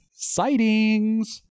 sightings